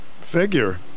figure